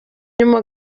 nyuma